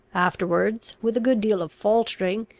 afterwards, with a good deal of faltering,